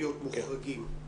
מוחרגים?